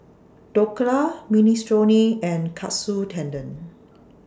Dhokla Minestrone and Katsu Tendon